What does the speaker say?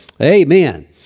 Amen